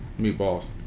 meatballs